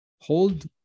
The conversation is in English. hold